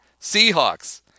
Seahawks